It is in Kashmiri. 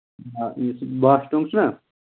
آ یُس یہِ واش روٗم چھُنہ